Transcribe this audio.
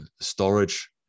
storage